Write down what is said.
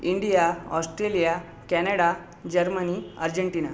India Australia Canada Germany Argentina